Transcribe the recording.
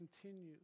continues